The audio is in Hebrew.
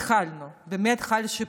התחלנו, באמת חל שיפור,